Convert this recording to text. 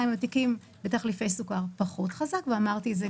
הוא מביא פה נימוק אחד לאחד שהמחקר לא היה מספיק טוב.